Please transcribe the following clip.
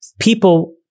people